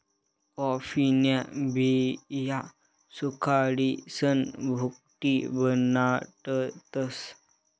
कॉफीन्या बिया सुखाडीसन भुकटी बनाडतस